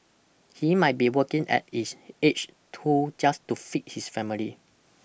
he might be working at his age too just to feed his family